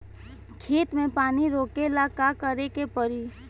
खेत मे पानी रोकेला का करे के परी?